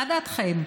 מה דעתכם,